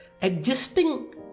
existing